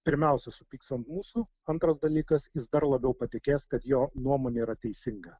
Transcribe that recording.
pirmiausia supyks ant mūsų antras dalykas jis dar labiau patikės kad jo nuomonė yra teisinga